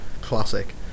Classic